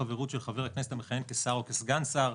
חברות של חבר הכנסת המכהן כשר או כסגן שר),